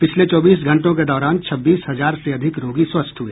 पिछले चौबीस घंटों के दौरान छब्बीस हजार से अधिक रोगी स्वस्थ हुए